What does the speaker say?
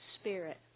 Spirit